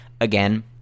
Again